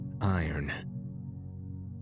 iron